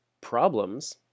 PROBLEMS